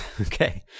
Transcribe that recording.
Okay